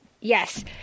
Yes